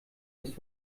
ist